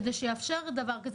כדי שיאפשר כזה.